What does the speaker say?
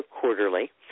quarterly